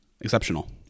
exceptional